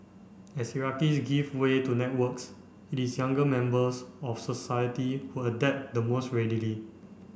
as hierarchies give way to networks it is younger members of society who adapt the most readily